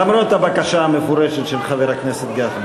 למרות הבקשה המפורשת של חבר הכנסת גפני.